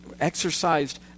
exercised